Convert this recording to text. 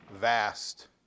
vast